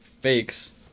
fakes